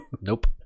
Nope